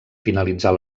finalitzar